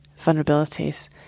vulnerabilities